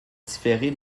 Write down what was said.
différer